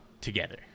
together